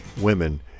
women